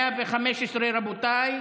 115, רבותיי,